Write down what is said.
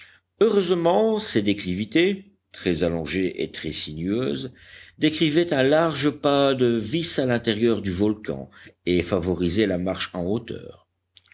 heureusement ces déclivités très allongées et très sinueuses décrivaient un large pas de vis à l'intérieur du volcan et favorisaient la marche en hauteur